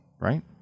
right